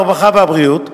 הרווחה והבריאות,